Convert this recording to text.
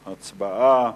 הצבעה.